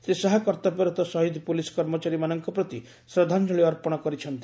ଶ୍ରୀ ଶାହା କର୍ତ୍ତବ୍ୟରତ ଶହୀଦ ପୋଲିସ୍ କର୍ମଚାରୀମାନଙ୍କ ପ୍ରତି ଶ୍ରଦ୍ଧାଞ୍ଜଳି ଅର୍ପଣ କରିଛନ୍ତି